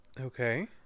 Okay